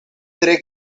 tre